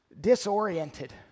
disoriented